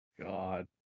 God